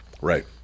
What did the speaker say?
Right